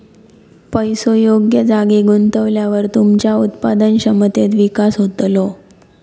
पैसो योग्य जागी गुंतवल्यावर तुमच्या उत्पादन क्षमतेत विकास होतलो